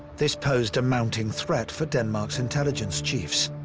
this posed a mounting threat for denmark's intelligence chiefs,